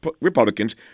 Republicans